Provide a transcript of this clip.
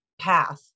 path